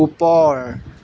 ওপৰ